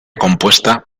compuesta